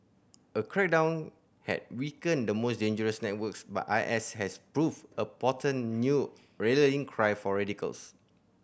a crackdown had weakened the most dangerous networks but I S has proved a potent new rallying cry for radicals